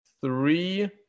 three